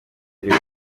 ariwe